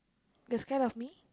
you're scared of me